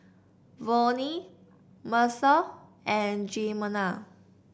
Vonnie Mercer and Jimena